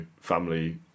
family